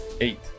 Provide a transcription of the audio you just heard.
Eight